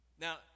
Now